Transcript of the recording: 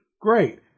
Great